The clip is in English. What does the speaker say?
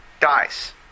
dies